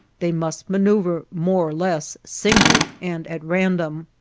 they must maneuver more or less singly, and at random.